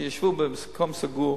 ישבו במקום סגור,